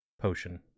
potion